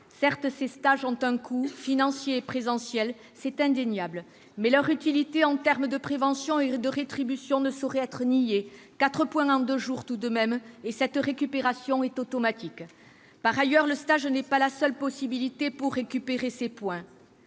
Certes, ces stages ont un coût financier et présentiel- c'est indéniable -, mais leur utilité en termes de prévention et de rétribution ne saurait être niée : quatre points en deux jours, tout de même ! Sans compter que cette récupération est automatique. Par ailleurs, le stage ne constitue pas la seule possibilité pour récupérer ses points.